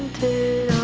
the